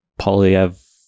Polyev